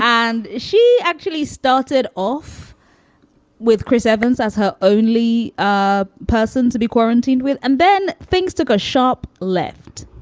and she actually started off with chris evans as her only ah person to be quarantined with. and then things took a sharp left